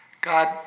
God